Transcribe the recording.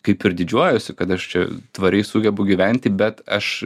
kaip ir didžiuojuosi kad aš čia tvariai sugebu gyventi bet aš